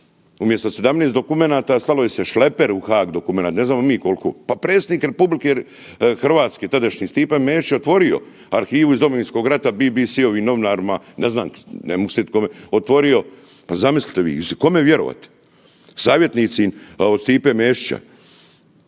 Umjesto 17 dokumenata, slalo je se šleperi u Haag, dokumenata, ne znamo ni mi koliko. Pa predsjednik RH tadašnji Stipe Mesić otvorio arhivu iz Domovinskog rata BBC-evim novinarima, ne znam, ne mogu se sjetiti kome, otvorio. Pa zamislite vi, kome vjerovati? Savjetnici od Stipe Mesića